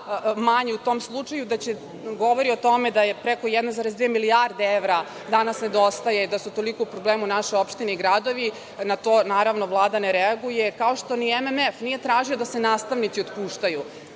manji u tom slučaju. Govori o tome da preko 1,2 milijarde evra danas nedostaje, da su u tolikom problemu naše opštine i gradovi. Na to, naravno, Vlada ne reaguje, kao što ni MMF nije tražio da se nastavnici otpuštaju